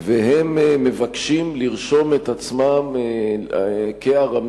והם מבקשים לרשום את עצמם כארמים